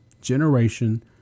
generation